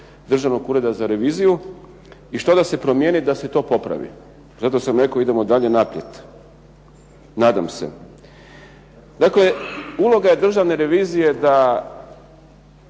Državnog ureda za reviziju i što da se promijeni da se to popravi. Zato sam rekao idemo dalje naprijed. Nadam se. Dakle, uloga je Državne revizije da